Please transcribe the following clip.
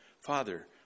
Father